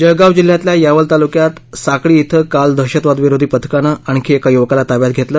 जळगाव जिल्ह्यातल्या यावल तालुक्यात साकळी इथं काल दहशतवाद विरोधी पथकानं आणखी एका युवकाला ताब्यात घेतलं